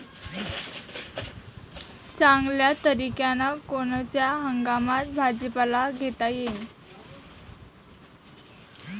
चांगल्या तरीक्यानं कोनच्या हंगामात भाजीपाला घेता येईन?